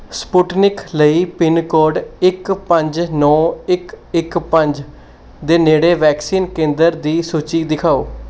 Sputnik ਲਈ pin code ਇੱਕ ਪੰਜ ਨੌ ਇੱਕ ਇੱਕ ਪੰਜ ਦੇ ਨੇੜੇ ਵੈਕਸੀਨ ਕੇਂਦਰ ਦੀ ਸੂਚੀ ਦਿਖਾਓ